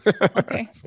Okay